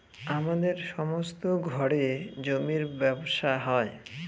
আমাদের সমস্ত ঘরে জমির ব্যবসা হয়